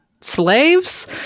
slaves